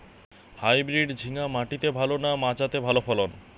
Hybrid ঝিঙ্গা মাটিতে ভালো না মাচাতে ভালো ফলন?